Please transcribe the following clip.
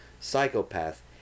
Psychopath